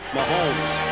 Mahomes